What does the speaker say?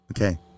Okay